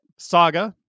saga